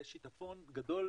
יהיה שיטפון גדול